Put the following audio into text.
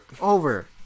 over